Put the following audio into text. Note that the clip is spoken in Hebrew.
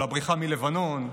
לבריחה מלבנון,